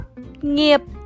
nghiệp